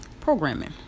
programming